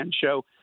show